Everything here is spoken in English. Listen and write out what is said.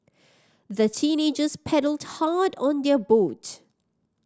the teenagers paddled hard on their boat